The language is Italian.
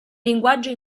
linguaggio